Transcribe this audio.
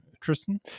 Tristan